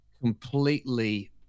completely